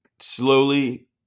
slowly